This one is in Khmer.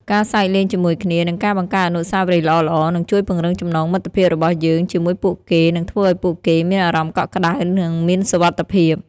ការសើចលេងជាមួយគ្នា និងការបង្កើតអនុស្សាវរីយ៍ល្អៗ នឹងជួយពង្រឹងចំណងមិត្តភាពរបស់យើងជាមួយពួកគេ និងធ្វើឱ្យពួកគេមានអារម្មណ៍កក់ក្តៅ និងមានសុវត្ថិភាព។